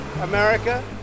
America